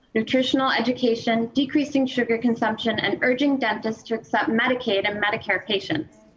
nutritional education, decreasing sugar consumption and urging dentists to accept medicaid medicare patients.